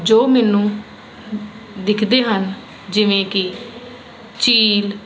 ਜੋ ਮੈਨੂੰ ਦਿਖਦੇ ਹਨ ਜਿਵੇਂ ਕਿ ਚੀਲ